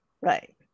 right